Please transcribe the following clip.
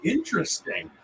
Interesting